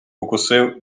укусив